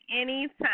anytime